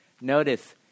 Notice